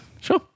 Sure